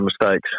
mistakes